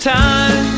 time